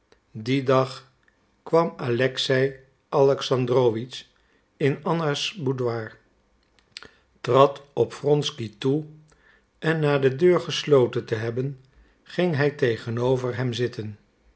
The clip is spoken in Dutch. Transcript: dien dag kwam alexei alexandrowitsch in anna's boudoir trad op wronsky toe en na de deur gesloten te hebben ging hij tegenover hem zitten